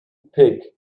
pig